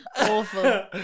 awful